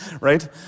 right